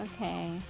Okay